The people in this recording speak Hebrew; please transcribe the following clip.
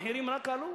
המחירים רק עלו.